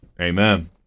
Amen